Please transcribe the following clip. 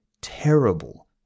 terrible